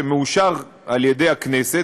שמאושר על ידי הכנסת,